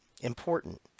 important